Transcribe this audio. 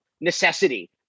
necessity